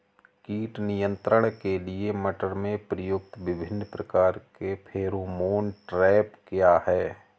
कीट नियंत्रण के लिए मटर में प्रयुक्त विभिन्न प्रकार के फेरोमोन ट्रैप क्या है?